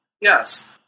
Yes